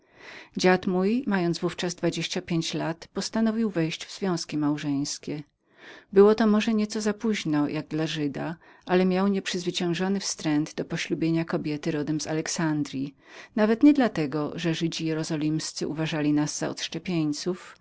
dziad mój mając w ówczas dwadzieścia pięć lat postanowił wejść w związki małżeńskie było to może nieco za późno jak dla żyda ale miał nieprzezwyciężony wstręt do poślubienia kobiety rodem z alexandryi nie tak dla tego że żydzi jerozolimscy uważali nas za